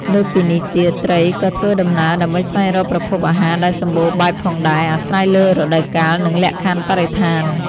លើសពីនេះទៀត ត្រីក៏ធ្វើដំណើរដើម្បីស្វែងរកប្រភពអាហារដែលសម្បូរបែបផងដែរ អាស្រ័យលើរដូវកាល និងលក្ខខណ្ឌបរិស្ថាន។